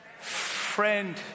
Friend